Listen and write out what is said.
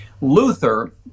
Luther